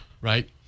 right